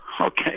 Okay